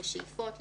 לשאיפות,